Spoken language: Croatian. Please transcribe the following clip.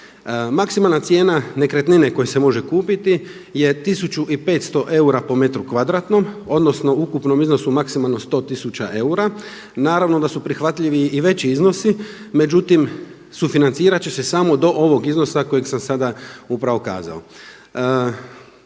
Maksimalna cijena nekretnine koja se može kupiti je 1500 eura po metru kvadratnom, odnosno u ukupnom iznosu maksimalno 100 tisuća eura. Naravno da su prihvatljivi i veći iznosi, međutim sufinancirati će se samo do ovog iznosa kojeg sam sada upravo kazao.